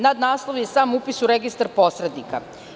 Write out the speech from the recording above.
Nadnaslov je „Upis u registar posrednika“